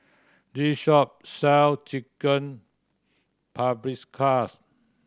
this shop sell Chicken Paprikas